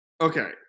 Okay